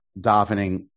davening